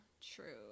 true